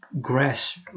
grass